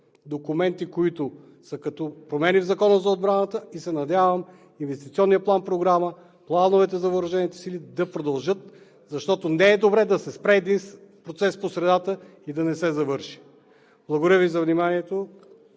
документи, които са като промени в Закона за отбраната. Надявам се инвестиционният план-програма – плановете за въоръжените сили да продължат, защото не е добре да се спре един процес по средата и да не се завърши. Благодаря Ви за вниманието